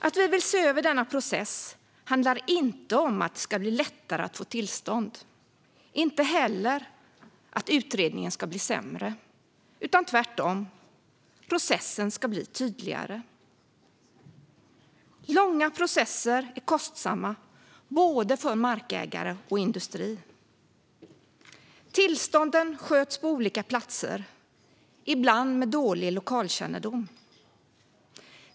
Att vi vill se över denna process handlar inte om att det ska bli lättare att få tillstånd, inte heller om att utredningarna ska bli sämre. Tvärtom ska processen bli tydligare. Långa processer är kostsamma för både markägare och industri. Tillstånden sköts på olika platser, ibland med dålig lokalkännedom.